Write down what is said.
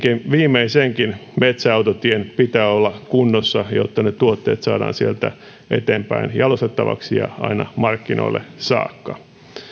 sen viimeisenkin metsäautotien pitää olla kunnossa jotta ne tuotteet saadaan sieltä eteenpäin jalostettavaksi ja aina markkinoille saakka